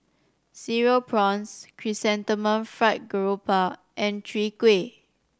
Cereal Prawns Chrysanthemum Fried Garoupa and Chwee Kueh